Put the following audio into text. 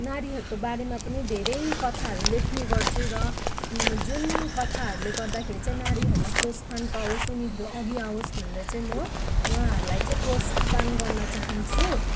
नारीहरूको बारेमा पनि धेरै कथाहरू लेख्ने गर्छु र जुन कथाहरूले गर्दाखेरि चाहिँ नारीहरूलाई प्रोत्साहन पाओस् उनीहरू अघि आओस् भनेर चाहिँ म उहाँहरूलाई चाहिँ प्रोत्साहन गर्न चाहन्छु